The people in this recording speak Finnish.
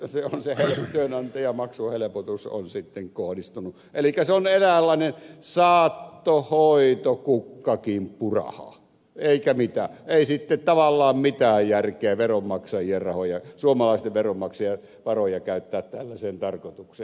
elikkä se on sitten kohdistunut elikä se ole eräänlainen saattohoitokukkakimppuraha eikä mitään ei sitten tavallaan mitään järkeä suomalaisten veronmaksajien varoja käyttää tällaiseen tarkoitukseen